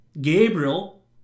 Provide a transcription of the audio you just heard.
Gabriel